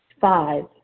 Five